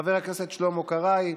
חבר הכנסת שלמה קרעי,